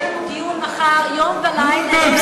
יהיה לנו דיון מחר יום ולילה.